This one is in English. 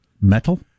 Metal